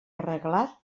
arreglat